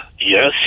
Yes